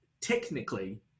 technically